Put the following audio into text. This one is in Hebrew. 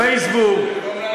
לפייסבוק,